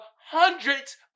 hundreds